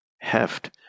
heft